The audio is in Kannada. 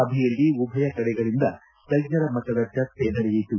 ಸಭೆಯಲ್ಲಿ ಉಭಯ ಕಡೆಗಳಿಂದ ತಜ್ಞರ ಮಟ್ಲದ ಚರ್ಜೆ ನಡೆಯಿತು